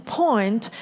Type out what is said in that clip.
point